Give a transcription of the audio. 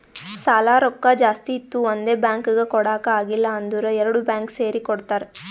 ಸಾಲಾ ರೊಕ್ಕಾ ಜಾಸ್ತಿ ಇತ್ತು ಒಂದೇ ಬ್ಯಾಂಕ್ಗ್ ಕೊಡಾಕ್ ಆಗಿಲ್ಲಾ ಅಂದುರ್ ಎರಡು ಬ್ಯಾಂಕ್ ಸೇರಿ ಕೊಡ್ತಾರ